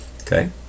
Okay